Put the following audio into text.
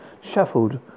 shuffled